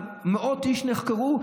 מאות איש נחקרו.